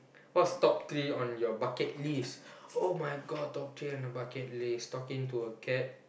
what's top three on your bucket list oh-my-God top three in my bucket list talking to a cat